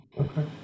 Okay